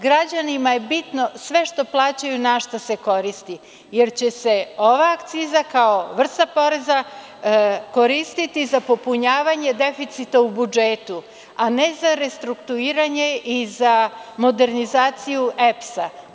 Građanima je bitno sve što plaćaju na šta se koristi, jer će se ova akciza, kao vrsta poreza, koristiti za popunjavanje deficita u budžetu, a ne za restrukturiranje i za modernizaciju EPS-a.